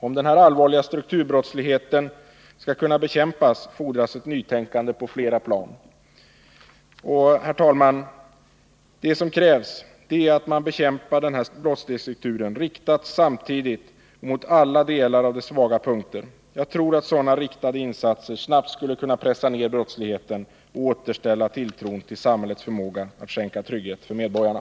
Om denna allvarliga strukturbrottslighet skall kunna bekämpas fordras ett nytänkande på flera plan. Herr talman! Det som krävs är att man bekämpar denna brottslighets struktur riktat, samtidigt och mot alla delar av dess svaga punkter. Jag tror att sådana riktade insatser snabbt skulle kunna pressa ner brottsligheten och återställa tilltron till samhällets förmåga att skänka trygghet för medborgarna.